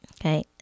okay